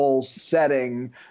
setting